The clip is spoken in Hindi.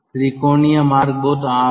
त्रिकोणीय मार्ग बहुत आम हैं